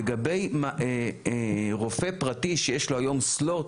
לגבי רופא פרטי שיש לו היום סלוט,